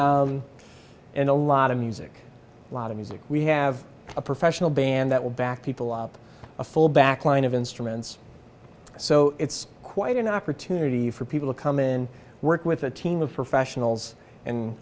and a lot of music a lot of music we have a professional band that will back people up a full back line of instruments so it's quite an opportunity for people to come in work with a team of professionals and